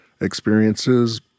experiences